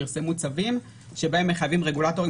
פרסמו צווים שבהם מחייבים רגולטורים